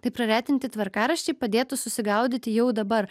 tai praretinti tvarkaraščiai padėtų susigaudyti jau dabar